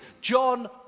John